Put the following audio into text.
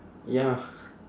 ya